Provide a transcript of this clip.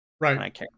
Right